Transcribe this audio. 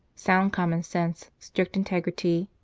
sound common-sense, strict integrity,